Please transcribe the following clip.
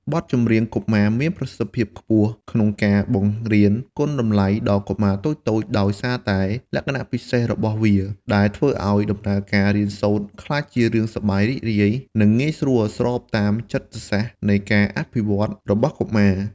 បទចម្រៀងកុមារមានប្រសិទ្ធភាពខ្ពស់ក្នុងការបង្រៀនគុណតម្លៃដល់កុមារតូចៗ ដោយសារតែលក្ខណៈពិសេសរបស់វា ដែលធ្វើឲ្យដំណើរការរៀនសូត្រក្លាយជារឿងសប្បាយរីករាយ និងងាយស្រួល ស្របតាមចិត្តសាស្ត្រនៃការអភិវឌ្ឍន៍របស់កុមារ។